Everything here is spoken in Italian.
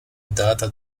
data